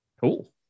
Cool